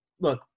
look